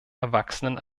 erwachsenen